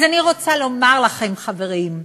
אז אני רוצה לומר לכם, חברים,